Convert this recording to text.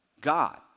God